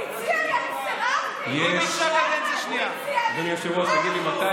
הוא הציע לי, אני סירבתי.